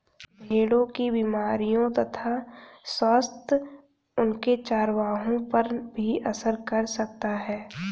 भेड़ों की बीमारियों तथा स्वास्थ्य उनके चरवाहों पर भी असर कर सकता है